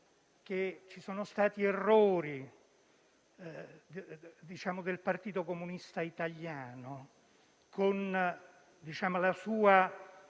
che ci sono stati errori del Partito Comunista Italiano, con la sua